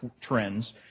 trends